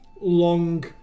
long